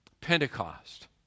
Pentecost